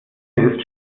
ist